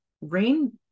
Rain